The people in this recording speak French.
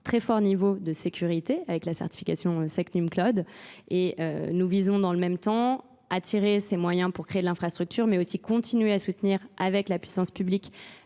très fort niveau de sécurité avec la certification Sectum Cloud et nous visons dans le même temps attirer ces moyens pour créer de l'infrastructure mais aussi continuer à soutenir avec la puissance publique